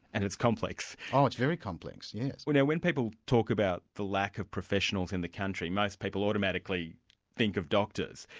and it's complex. oh, it's very complex, yes. now and when people talk about the lack of professionals in the country, most people automatically think of doctors.